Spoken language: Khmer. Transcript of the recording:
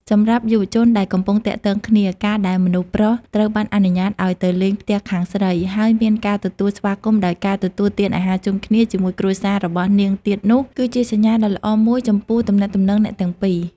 សម្រាប់យុវជនដែលកំពុងទាក់ទងគ្នា ការដែលមនុស្សប្រុសត្រូវបានអនុញ្ញាតឲ្យទៅលេងផ្ទះខាងស្រី ហើយមានការទទួលស្វាគមន៍ដោយការទទួលទានអាហារជុំគ្នាជាមួយគ្រួសាររបស់នាងទៀតនោះ គឺជាសញ្ញាដ៏ល្អមួយចំពោះទំនាក់ទំនងអ្នកទាំងពីរ។